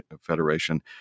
Federation